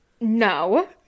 No